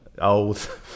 old